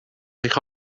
eich